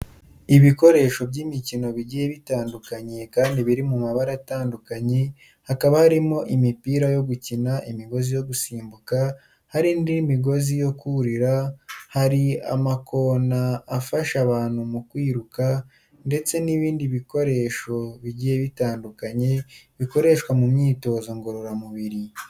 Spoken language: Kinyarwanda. Ibikoresho by'imikino bigiye bitandukanye kandi biri mu mabara atandukanye, hakaba harimo imipira yo gukina, imigozi yo gusimbuka, hari n'indi migozi yo kurira, hari amakona afasha abantu mu kwiruka, ndetse n'ibindi bikoreho bigiye bitandukanye bikoreshwa mu myitozo ngororamubiri .